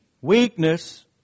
weakness